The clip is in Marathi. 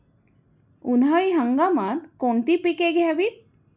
उन्हाळी हंगामात कोणती पिके घ्यावीत?